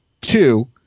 two